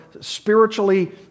spiritually